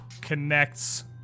connects